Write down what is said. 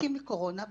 מתים מקורונה.